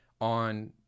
on